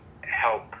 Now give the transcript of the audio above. help